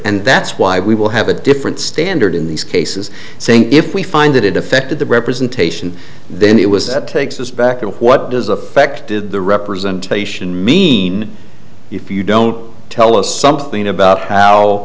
and that's why we will have a different standard in these cases saying if we find that it affected the representation then it was that takes us back to what does affected the representation mean if you don't tell us something about